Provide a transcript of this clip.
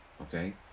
Okay